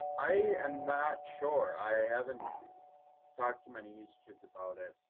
i am not sure. i haven't talked to many east kids about it.